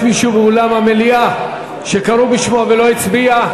יש מישהו באולם המליאה שקראו בשמו ולא הצביע?